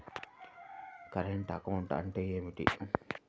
Current account అంటే ఏమిటి?